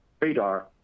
radar